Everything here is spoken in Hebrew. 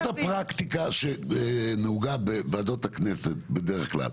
זאת הפרקטיקה שנהוגה בוועדות הכנסת בדרך כלל,